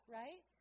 right